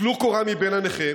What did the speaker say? טלו קורה מבין עיניכם.